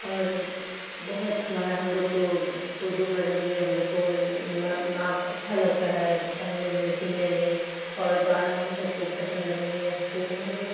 اور بہت ہمارے ہم لوگ کو اردو مذہب میں ہم لوگ کو نعت اچھا لگتا ہے پڑھنے میں سننے میں اور گانا ہم لوگ کو پسند نہیں ہے کیونکہ ہم لوگ